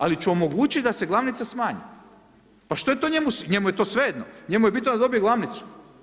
Ali ću omogućit da se glavnica smanji, pa što je to njemu, njemu je to svejedno, njemu je bitno da dobije glavnicu.